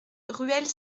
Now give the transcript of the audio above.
ruelle